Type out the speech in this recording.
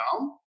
down